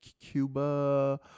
Cuba